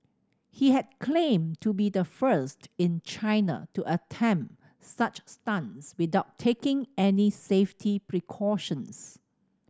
he had claimed to be the first in China to attempt such stunts without taking any safety precautions